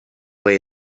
way